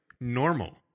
normal